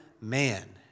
man